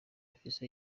afise